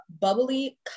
bubbly